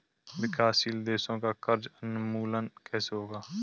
विकासशील देशों का कर्ज उन्मूलन कैसे होगा?